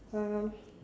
uh